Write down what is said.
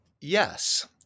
yes